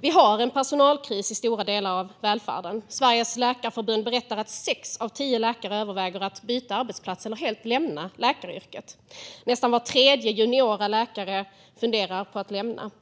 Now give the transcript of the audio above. Vi har personalkris i stora delar av välfärden. Sveriges läkarförbund berättar att sex av tio läkare överväger att byta arbetsplats eller helt lämna läkaryrket. Nästan var tredje junior läkare funderar på att lämna yrket.